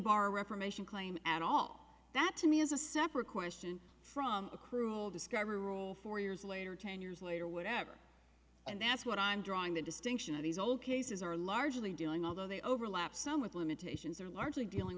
bar reformation claim at all that to me is a separate question from a cruel discovery rule four years later ten years later whatever and that's what i'm drawing the distinction of these old cases are largely dealing although they overlap some with limitations are largely dealing